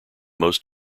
most